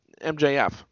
MJF